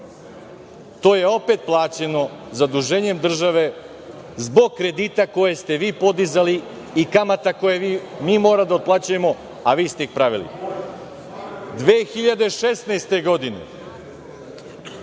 To je opet plaćeno zaduženjem države zbog kredita koje ste vi podizali i kamata koje moramo mi da otplaćujemo, a vi ste ih pravili. Godine